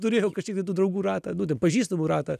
turėjau kažkiek ten tų draugų ratą nu ten pažįstamų ratą